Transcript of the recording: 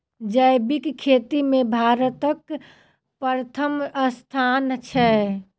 जैबिक खेती मे भारतक परथम स्थान छै